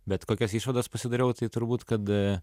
bet kokias išvadas pasidariau tai turbūt kad